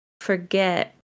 forget